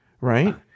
right